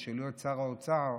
תשאלו את שר החוץ,